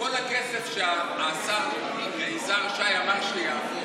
כל הכסף שהשר יזהר שי אמר שיעביר,